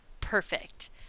Perfect